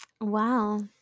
Wow